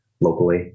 locally